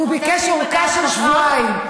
והוא ביקש ארכה של שבועיים.